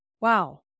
wow